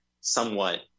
somewhat